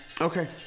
Okay